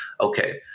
Okay